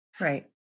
Right